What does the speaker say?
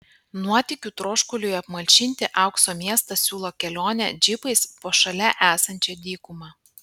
nuotykių troškuliui apmalšinti aukso miestas siūlo kelionę džipais po šalia esančią dykumą